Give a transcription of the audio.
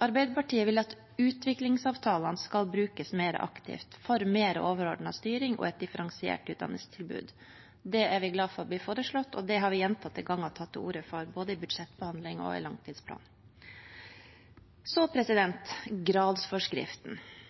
Arbeiderpartiet vil at utviklingsavtalene skal brukes mer aktivt for mer overordnet styring og et differensiert utdanningstilbud. Det er vi glad for blir foreslått, og det har vi gjentatte ganger tatt til orde for, både i budsjettbehandling og i langtidsplan. Så